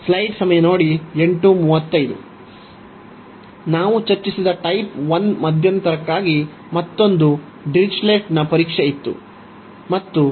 slide ಸಮಯ 0835 ನೋಡಿ ನಾವು ಚರ್ಚಿಸಿದ ಟೈಪ್ 1 ಮಧ್ಯಂತರಕ್ಕಾಗಿ ಒಂದು ಡಿರಿಚ್ಲೆಟ್ನ ಪರೀಕ್ಷೆ ಇತ್ತು ಅದು ಡಿರಿಚ್ಲೆಟ್ನ ಪರೀಕ್ಷೆ